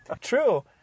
true